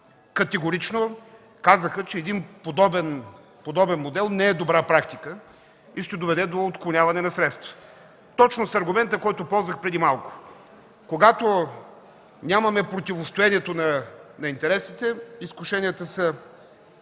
категорично казаха, че подобен модел не е добра практика и ще доведе до отклоняване на средства, точно с аргумента, който ползвах преди малко – когато нямаме противостоенето на интересите, изкушенията са